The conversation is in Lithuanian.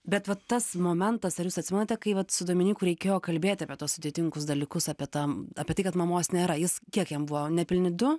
bet va tas momentas ar jūs atsimenate kai vat su dominyku reikėjo kalbėti apie tuos sudėtingus dalykus apie tą apie tai kad mamos nėra jis kiek jam buvo nepilni du